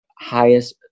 highest